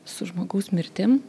su žmogaus mirtim